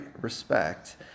respect